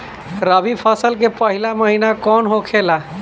रबी फसल के पहिला महिना कौन होखे ला?